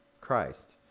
Christ